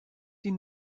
die